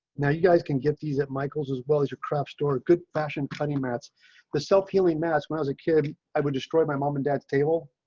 now, you guys can get these at michael's as well as your craft store good fashion twenty minutes the self healing mass when i was a kid, i would destroy my mom and dad table.